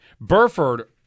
Burford